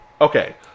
Okay